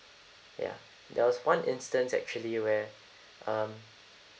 ya there was one instance actually where um